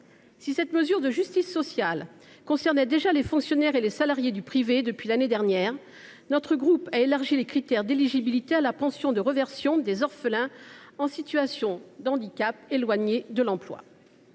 Si cette mesure de justice sociale visait déjà les fonctionnaires et les salariés du privé depuis l’année dernière, notre groupe a élargi les critères d’éligibilité à la pension de réversion des orphelins en situation de handicap éloignés de l’emploi.